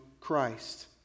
Christ